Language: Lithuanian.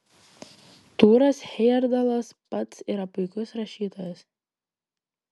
tūras hejerdalas pats yra puikus rašytojas